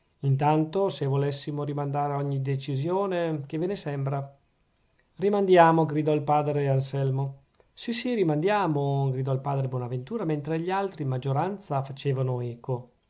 intanto se volessimo rimandare ogni decisione che ve ne sembra rimandiamo gridò il padre anselmo sì sì rimandiamo gridò il padre bonaventura mentre gli altri in maggioranza facevano eco